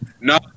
No